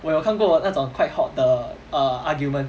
我有看过那种 quite hot 的 err argument